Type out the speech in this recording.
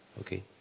okay